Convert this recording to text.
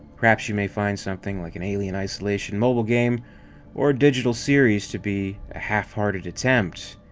perhaps you may find something like an alien isolation mobile game or digital series to be a half-hearted attempt,